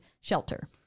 shelter